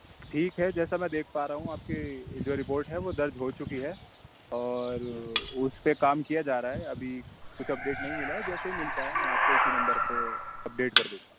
ٹھیک ہے جیسا میں دیکھ پا رہا ہوں آپ کی جو رپورٹ ہے وہ درج ہو چکی ہے اور اس پہ کام کیا جا رہا ہے ابھی کچھ اپڈیٹ نہیں ملا ہے جیسے ہی ملتا ہے میں آپ کو اسی نمبر پہ اپڈیٹ کر دوں گا